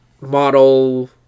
model